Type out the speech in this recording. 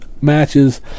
matches